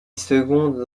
seconde